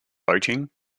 boating